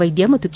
ವೈದ್ಯ ಮತ್ತು ಕೆ